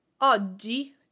Oggi